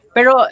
Pero